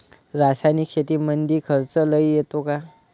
रासायनिक शेतीमंदी खर्च लई येतो का?